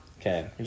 Okay